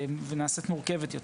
ונעשית מורכבת יותר.